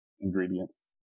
ingredients